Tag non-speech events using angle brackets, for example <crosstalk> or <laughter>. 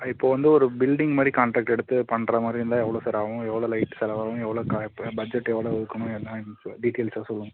இப்போது வந்து ஒரு பில்டிங் மாதிரி காண்ட்ராக்ட்டு எடுத்துப் பண்ணுற மாதிரி இருந்தால் எவ்வளோ சார் ஆகும் எவ்வளோ லைட் செலவாவும் எவ்வளோ க ப பட்ஜெட் எவ்வளோ இருக்கணும் என்னா <unintelligible> டீட்டெயில்ஸ் சொல்லுங்கள்